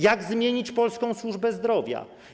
Jak zmienić polską służbę zdrowia?